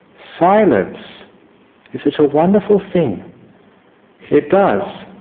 silence is such a wonderful thing it does